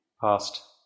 past